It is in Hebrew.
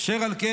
אשר על כן,